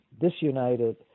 disunited